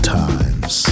times